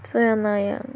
这样那样